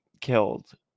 killed